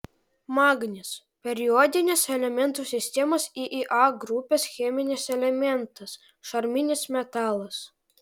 magnis periodinės elementų sistemos iia grupės cheminis elementas šarminis metalas